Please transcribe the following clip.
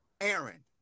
Aaron